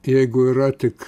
jeigu yra tik